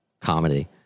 comedy